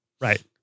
Right